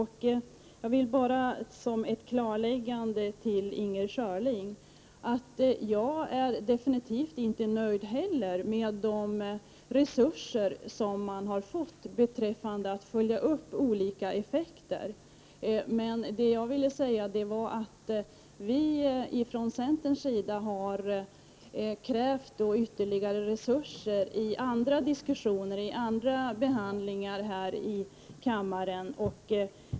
Till Inger Schörling vill jag bara säga att inte heller jag är nöjd med de resurser som har ställts till förfogande för att man skall kunna konstatera de olika effekterna av olyckan. Jag ville framhålla att centern har krävt ytterligare resurser i samband med behandling av andra frågor här i kammaren.